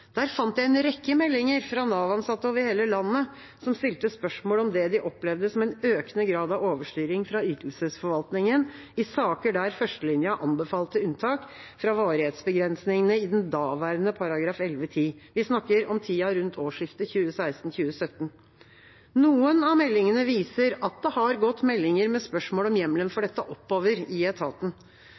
Der fant jeg en rekke meldinger fra Nav-ansatte over hele landet som stilte spørsmål om det de opplevde som en økende grad av overstyring fra ytelsesforvaltningen, i saker der førstelinja anbefalte unntak fra varighetsbegrensningene i den daværende § 11-10. Vi snakker om tida rundt årsskiftet 2016–2017. Noen av meldingene viser at det har gått meldinger med spørsmål om hjemmelen for dette oppover i etaten.